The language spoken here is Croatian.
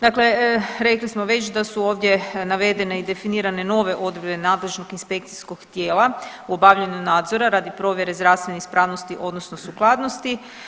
Dakle, rekli smo već da su ovdje navedene i definirane nove odredbe nadležnog inspekcijskog tijela u obavljanju nadzora radi provjere zdravstvene ispravnosti odnosno sukladnosti.